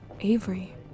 Avery